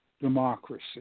democracy